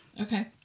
okay